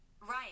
Ryan